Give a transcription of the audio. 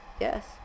yes